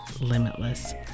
limitless